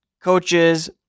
coaches